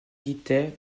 guittet